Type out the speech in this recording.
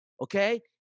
Okay